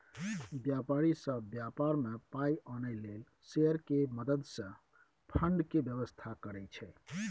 व्यापारी सब व्यापार में पाइ आनय लेल शेयर के मदद से फंड के व्यवस्था करइ छइ